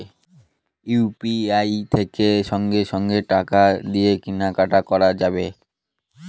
UPI থেকে সঙ্গে সঙ্গে টাকা দিয়ে কেনা কাটি করা যাবে